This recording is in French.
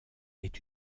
est